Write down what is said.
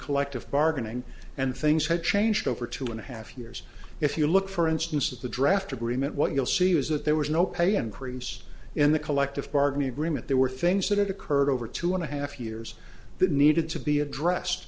collective bargaining and things had changed over two and a half years if you look for instance at the draft agreement what you'll see is that there was no pay increase in the collective bargaining agreement there were things that had occurred over two and a half years that needed to be addressed